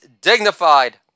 dignified